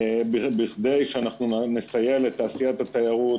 בכדי שאנחנו נסייע לתעשיית התיירות,